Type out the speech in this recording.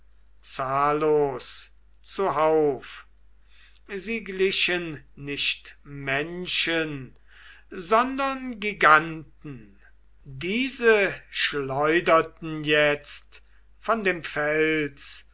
zahllos zuhauf sie glichen nicht menschen sondern giganten diese schleuderten jetzt von dem fels